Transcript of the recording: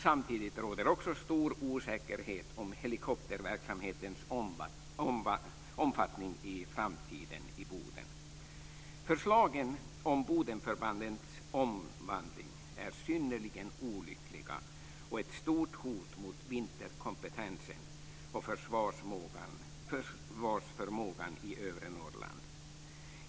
Samtidigt råder också stor osäkerhet om helikopterverksamhetens omfattning i framtiden i Förslagen om Bodenförbandens omvandling är synnerligen olyckliga och ett stort hot mot vinterkompetensen och försvarsförmågan i övre Norrland.